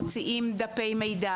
מוציאים דפי מידע,